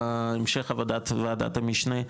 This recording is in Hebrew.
בהמשך עבודת ועדת המשנה,